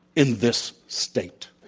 in this state,